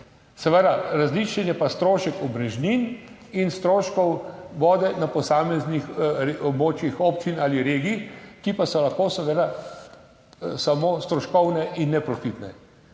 Seveda, različen je pa strošek omrežnin in stroškov vode na posameznih območjih. občin ali regij, ki pa so lahko seveda samo stroškovne in neprofitne.